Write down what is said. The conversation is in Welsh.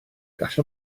gall